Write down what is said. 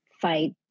fight